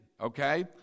okay